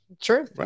true